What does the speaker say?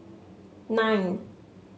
nine